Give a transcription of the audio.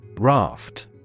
RAFT